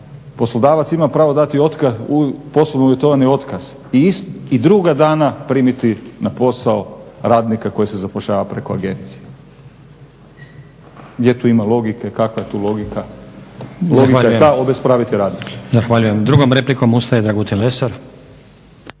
poslodavac ima pravo dati otkaz, poslovno uvjetovani otkaz i drugog ga dana primiti na posao radnika koji se zapošljava preko agencije. Gdje tu ima logike? Kakva je tu logika? Logika je ta obespraviti radnike. **Stazić, Nenad (SDP)** Zahvaljujem. Drugom replikom ustaje Dragutin Lesar.